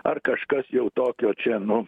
ar kažkas jau tokio čia nu